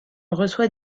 reçoit